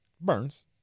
burns